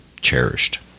cherished